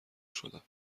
شدم